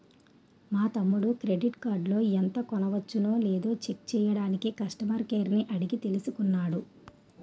మా తమ్ముడు క్రెడిట్ కార్డులో ఎంత కొనవచ్చునో లేదో చెక్ చెయ్యడానికి కష్టమర్ కేర్ ని అడిగి తెలుసుకున్నాడు